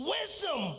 wisdom